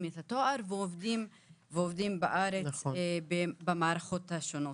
את התואר ועובדים בארץ במערכות השונות.